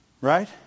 Right